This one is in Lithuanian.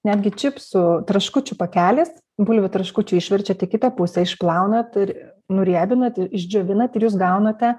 netgi čipsų traškučių pakelis bulvių traškučių išverčiat į kitą pusę išplaunat ir nuriebinat išdžiovinat ir jūs gaunate